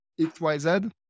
XYZ